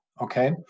Okay